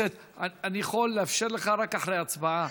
אני יכול לאפשר לך רק אחרי ההצבעה.